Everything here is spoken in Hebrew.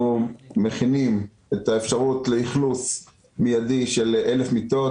מכינים את האפשרות לאכלוס מיידי של 1,000 מיטות.